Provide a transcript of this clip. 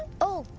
oh,